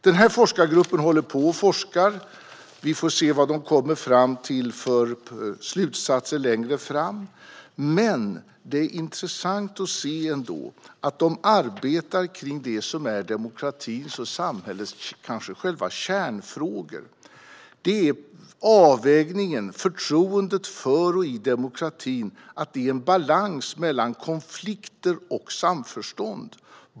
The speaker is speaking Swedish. Den här forskargruppen håller nu på med sin forskning, och vi får se vilka slutsatser de kommer fram till längre fram. Men det är intressant att se att de arbetar kring det som är demokratins och samhällets kanske själva kärnfrågor. Det handlar om avvägningen, förtroendet för och i demokratin och balansen mellan konflikter och samförstånd.